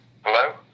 Hello